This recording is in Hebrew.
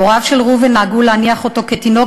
הוריו של ראובן נהגו להניח אותו כתינוק